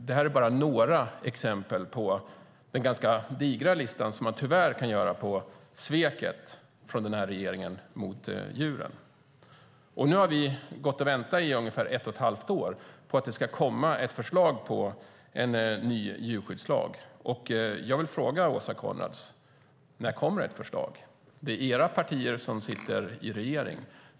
Det här är bara några exempel från den ganska digra lista som man tyvärr kan göra när det gäller sveket från den här regeringen mot djuren. Nu har vi väntat i ungefär ett och ett halvt år på att det ska komma ett förslag på en ny djurskyddslag. Jag vill fråga Åsa Coenraads: När kommer ett förslag? Det är era partier som sitter i regering.